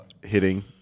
hitting